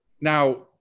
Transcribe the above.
Now